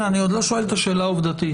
אני עוד לא שואל את השאלה העובדתית,